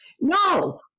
No